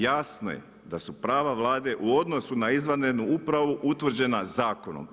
Jasno je da su prava Vlade u odnosu na izvanrednu upravu utvrđeni zakonom.